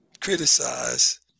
criticize